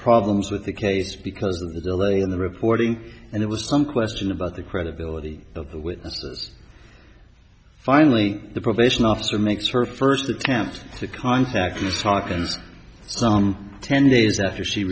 problems with the case because of the delay in the reporting and it was some question about the credibility of the witnesses finally the probation officer makes her first attempt to contact you to talk and ten days after she